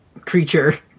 creature